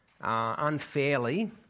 unfairly